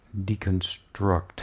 deconstruct